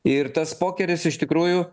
ir tas pokeris iš tikrųjų